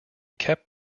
kept